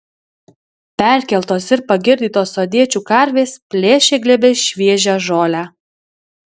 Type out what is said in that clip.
perkeltos ir pagirdytos sodiečių karvės plėšė glėbiais šviežią žolę